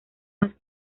más